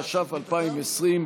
התש"ף 2020,